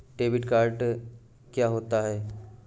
Debit card क्या होता है?